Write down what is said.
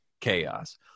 chaos